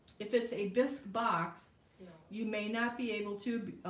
if it's a disc box you may not be able to